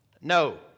No